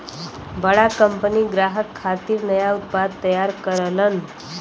बड़ा कंपनी ग्राहक खातिर नया उत्पाद तैयार करलन